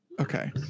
Okay